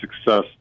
success